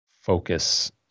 focus